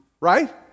right